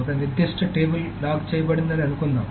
ఒక నిర్దిష్ట table lock చేయబడిందని అనుకుందాం